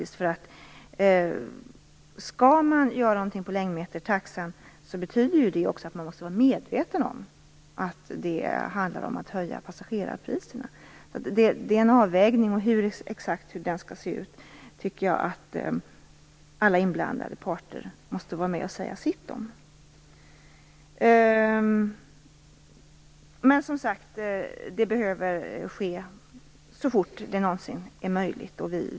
Skall man göra något när det gäller längdmetertaxan betyder det att man också måste vara medveten om att det handlar om att höja passagerarpriserna. Det är en avvägning. När det gäller frågan om hur den exakt skall se ut tycker jag att alla inblandade parter måste vara med och säga sitt. Men som sagt: Det behöver ske så fort det någonsin är möjligt.